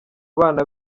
bana